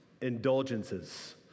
indulgences